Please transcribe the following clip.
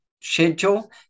schedule